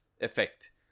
effect